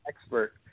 expert